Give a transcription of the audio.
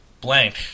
blank